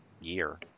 year